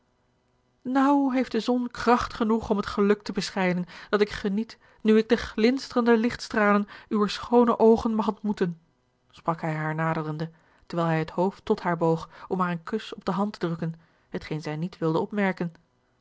naauw heeft de zon kracht genoeg om het geluk te beschijnen dat ik geniet nu ik de glinsterende lichtstralen uwer schoone oogen mag ontmoeten sprak hij haar naderende terwijl hij het hoofd tot haar boog om haar een kus op de hand te drukken hetgeen zij niet wilde opmerken